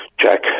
check